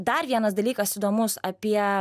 dar vienas dalykas įdomus apie